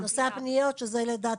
לבקשת